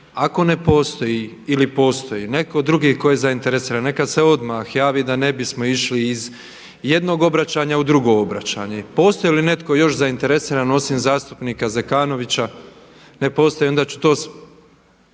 ako ne postoji ili postoji netko drugi tko je zainteresiran neka se odmah javi da ne bismo išli iz jednog obraćanja u drugo obraćanje. Postoji li netko još zainteresiran osim zastupnika Zekanovića? Ne postoji. Onda ću to,